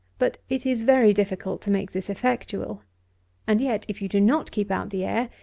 but, it is very difficult to make this effectual and yet, if you do not keep out the air,